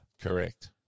correct